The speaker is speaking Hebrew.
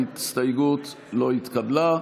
ההסתייגות לא התקבלה.